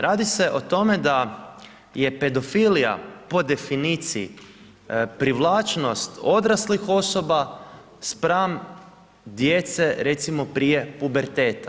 Radi se o tome da je pedofilija po definiciji privlačnost odraslih osoba spram djece recimo prije puberteta.